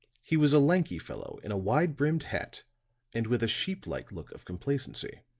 he was a lanky fellow in a wide-brimmed hat and with a sheep-like look of complacency.